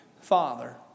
Father